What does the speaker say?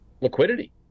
liquidity